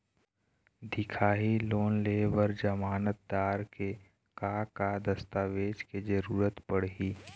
दिखाही लोन ले बर जमानतदार के का का दस्तावेज के जरूरत पड़ही?